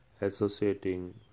Associating